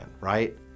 right